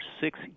six